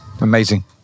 Amazing